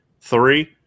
Three